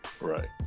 Right